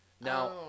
Now